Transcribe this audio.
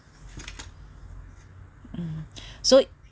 mm so